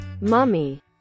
Mummy